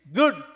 good